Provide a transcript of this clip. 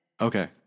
Okay